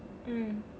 mm